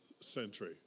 century